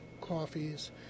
coffees